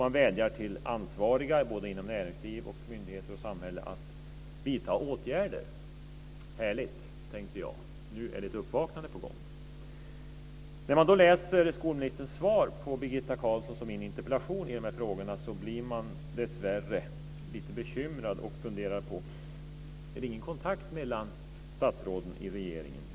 Man vädjar till ansvariga inom både näringsliv, myndigheter och samhälle att vidta åtgärder. Härligt, tänkte jag - nu är det ett uppvaknande på gång. När jag då läser skolministerns svar på interpellationerna från Birgitta Carlsson och mig i de här frågorna blir jag dessvärre lite bekymrad, och jag funderar om det inte är någon kontakt mellan statsråden i regeringen.